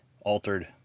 altered